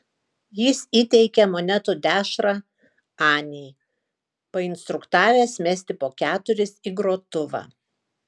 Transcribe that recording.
jis įteikė monetų dešrą anei painstruktavęs mesti po keturis į grotuvą